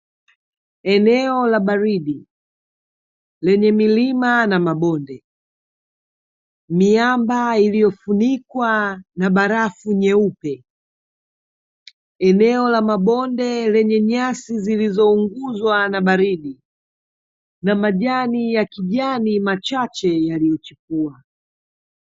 Eneo la baridi lenye milima na mabonde, miamba iliofunikwa na barafu nyeupe. Eneo la mabonde lenye nyasi zilizounguzwa na baridi, na majani ya kijani machache yaliyochipua.